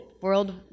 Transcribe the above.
World